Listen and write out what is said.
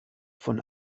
von